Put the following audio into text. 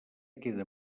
queda